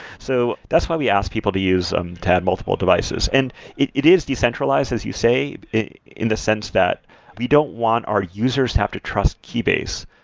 so that's why we ask people to use um tad multiple devices and it it is decentralized as you say, in the sense that we don't want our users have to trust keybase.